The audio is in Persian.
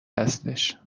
هستش